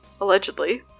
allegedly